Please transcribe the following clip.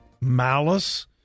malice